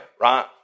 Right